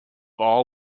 all